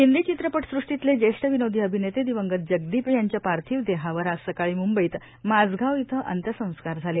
हिंदी चित्रपटसृष्टीतले ज्येष्ठ विनोदी अभिनेते दिवंगत जगदीप यांच्या पार्थिव देहावर आज सकाळी मुंबईत माझगाव इथं अंत्यसंस्कार झाले